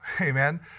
amen